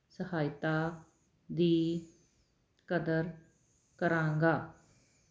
ਸਹਾਇਤਾ ਦੀ ਕਦਰ ਕਰਾਂਗਾ